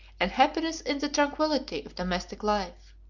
and happiness in the tranquillity of domestic life.